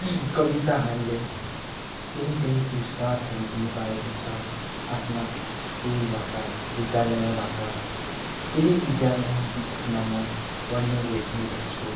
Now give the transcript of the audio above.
कविताहरूले केही केही पुरस्कारहरू पनि पाएको छ आफ्ना स्कुलबाट विद्यालयबाट त्यही विद्यालय जसमा म पढ्ने लेख्ने गर्छु